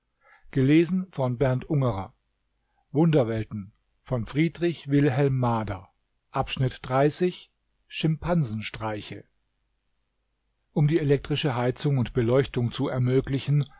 schimpansenstreiche um die elektrische heizung und beleuchtung zu ermöglichen